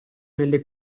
nelle